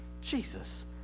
Jesus